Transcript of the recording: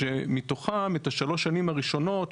שמתוכם את השלוש שנים הראשונות,